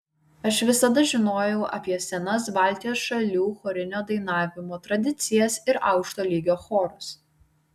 aš visada žinojau apie senas baltijos šalių chorinio dainavimo tradicijas ir aukšto lygio chorus